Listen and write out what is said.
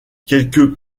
quelques